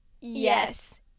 Yes